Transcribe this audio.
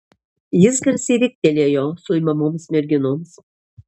jis garsiai riktelėjo suimamoms merginoms